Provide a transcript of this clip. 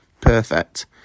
Perfect